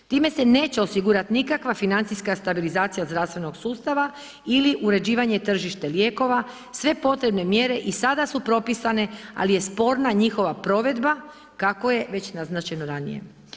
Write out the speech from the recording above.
Time se neće osigurati nikakva financijska stabilizacija zdravstvenog sustava ili uređivanje tržišta lijekova, sve potrebne mjere i sada su propisane ali je sporna njihova provedba kako je već naznačeno ranije.